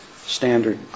standard